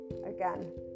Again